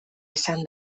izan